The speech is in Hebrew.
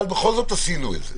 אבל בכל זאת עשינו את זה.